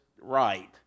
right